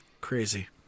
Crazy